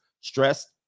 stressed